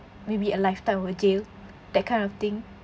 maybe a lifetime of jail that kind of thing